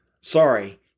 Sorry